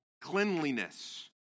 cleanliness